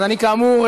אז כאמור,